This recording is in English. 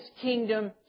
kingdom